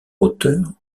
auteur